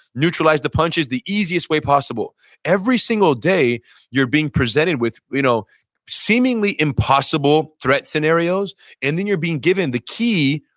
neutralize the punches the easiest way possible every single day you're being presented with you know seemingly impossible threat scenarios and then you're being given the key,